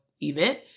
event